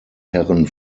herren